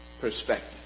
perspective